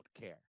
care